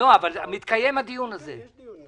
--- הדיון הזה יתקיים.